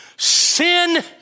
Sin